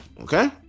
Okay